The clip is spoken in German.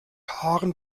haaren